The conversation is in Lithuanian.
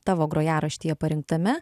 tavo grojaraštyje parinktame